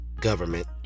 government